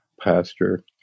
pasture